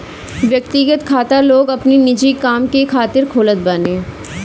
व्यक्तिगत खाता लोग अपनी निजी काम खातिर खोलत बाने